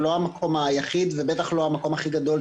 כל בינוי למעט המינימום ההכרחי בגלל הרגישות